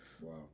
Wow